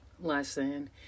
lesson